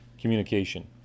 communication